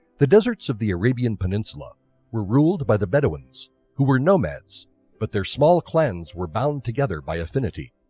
the deserts of the arabian peninsula were ruled by the bedouins who were nomads but their small clans were bound together by affinity.